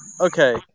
okay